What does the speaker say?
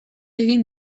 egin